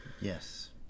Yes